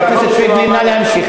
חבר הכנסת פייגלין, נא להמשיך.